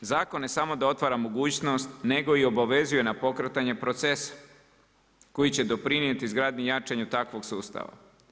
Zakon ne samo da otvara mogućnost nego i obavezuje na pokretanje procesa koji će doprinijeti izgradnji i jačanju takvog sustava.